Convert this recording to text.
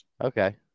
okay